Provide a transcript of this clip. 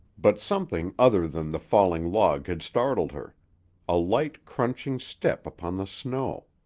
but something other than the falling log had startled her a light, crunching step upon the snow.